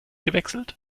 gewechselt